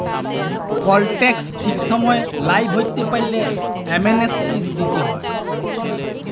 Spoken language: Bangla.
কল ট্যাক্স ঠিক সময় লায় ভরতে পারল্যে, অ্যামনেস্টি দিতে হ্যয়